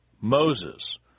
Moses